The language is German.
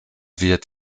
wird